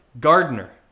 gardener